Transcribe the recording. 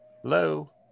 Hello